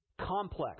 complex